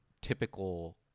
typical